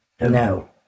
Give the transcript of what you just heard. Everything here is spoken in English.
no